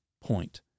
point